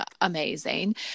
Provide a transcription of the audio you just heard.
Amazing